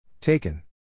Taken